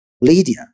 Lydia